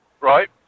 right